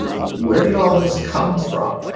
where did all this come from?